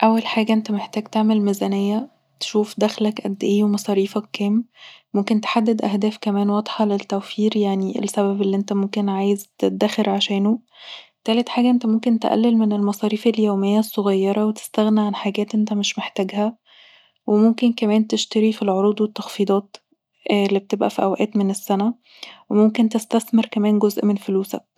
اول حاجة انت محتاج تعمل ميزانية، تشوف دخلك أد ايه ومصاريفك كام، ممكن تحدد اهداف كمان واضحة للتوفير، يعني ممكن السبب اللي انت عايز تدخر عشانه، تالت حاجه انت ممكن تقلل من المصاريف اليوميه الصغيره تستغني عن حاجات انت مش محتاجها وممكن كمان تشتري في العروض والتخفيضات اللي بتبقي في اوقات من السنة وممكن تستثمر كمان جزء من فلوسك